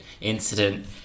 incident